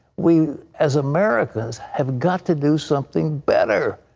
we, as americans, have got to do something better.